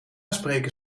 spreken